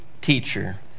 teacher